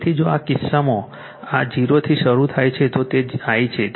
તેથી જો આ કિસ્સામાં આ 0 થી શરૂ થાય છે તો તે I છે